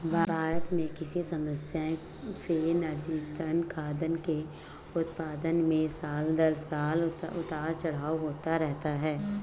भारत में कृषि समस्याएं से नतीजतन, खाद्यान्न के उत्पादन में साल दर साल उतार चढ़ाव होता रहता है